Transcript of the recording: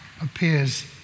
appears